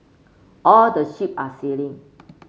all the ship are sailing